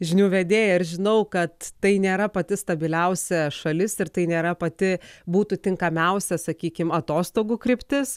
žinių vedėją ir žinau kad tai nėra pati stabiliausia šalis ir tai nėra pati būtų tinkamiausia sakykim atostogų kryptis